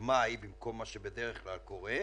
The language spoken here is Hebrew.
וגם הלוואות.